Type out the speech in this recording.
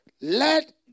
let